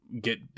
get